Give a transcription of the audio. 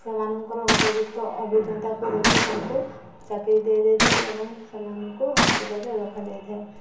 ସେମାନଙ୍କର ଉପଯୁକ୍ତ ଅଭିଜ୍ଞତାକୁ ଦେଖି ତାଙ୍କୁ ଚାକିରି ଦିଆଯାଇଥାଏ ଏବଂ ସେମାନଙ୍କୁ ହସ୍ପିଟାଲ୍ରେ ରଖାଯାଇଥାଏ